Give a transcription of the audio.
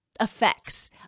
effects